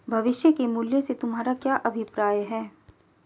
भविष्य के मूल्य से तुम्हारा क्या अभिप्राय है?